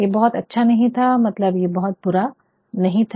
ये बहुत अच्छा नहीं था मतलब ये बहुत बुरा नहीं था